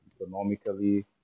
economically